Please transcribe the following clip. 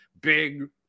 Big